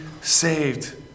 saved